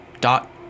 dot